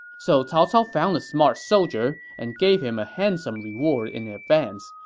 so cao cao found a smart soldier and gave him a handsome reward in advance.